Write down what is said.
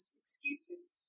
excuses